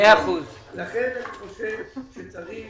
לכן אני חושב שצריך